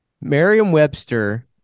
Merriam-Webster